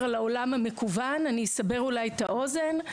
לעולם המקוון אני אולי אסבר את האוזן.